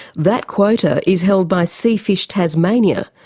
that quota is held by seafish tasmania,